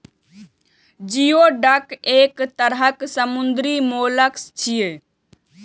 geoduck एक तरह समुद्री मोलस्क छियै